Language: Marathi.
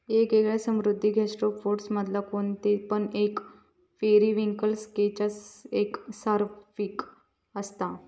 येगयेगळे समुद्री गैस्ट्रोपोड्स मधना कोणते पण एक पेरिविंकल केच्यात एक सर्पिल असता